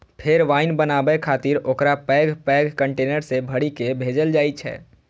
फेर वाइन बनाबै खातिर ओकरा पैघ पैघ कंटेनर मे भरि कें भेजल जाइ छै